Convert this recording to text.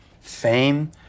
fame